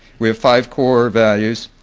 we have five core values,